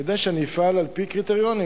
כדי שאני אפעל על-פי קריטריונים,